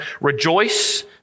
rejoice